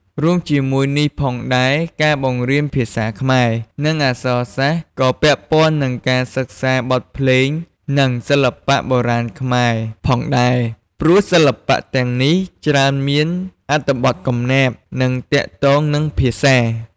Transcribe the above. រួមជាមួយនេះផងដែរ ការបង្រៀនភាសាខ្មែរ និងអក្សរសាស្ត្រ ក៏ពាក់ព័ន្ធនឹងការសិក្សា បទភ្លេង និងសិល្បៈបុរាណខ្មែរ ផងដែរ ព្រោះសិល្បៈទាំងនេះច្រើនមានអត្ថបទកំណាព្យ និងទាក់ទងនឹងភាសា។